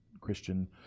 Christian